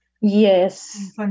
Yes